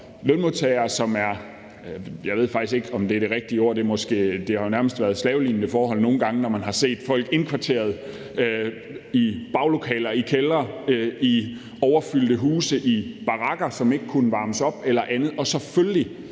nogle gange nærmest været slavelignende forhold, når man har set, at folk var indkvarteret i baglokaler, i kældre, i overfyldte huse eller i barakker, som ikke kunne varmes op eller andet,